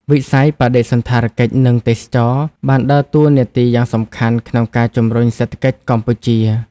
វិស័យ បដិសណ្ឋារកិច្ច និងទេសចរណ៍ បានដើរតួនាទីយ៉ាងសំខាន់ក្នុងការជំរុញសេដ្ឋកិច្ចកម្ពុជា។